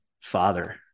father